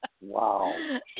Wow